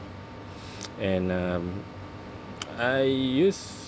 and um I used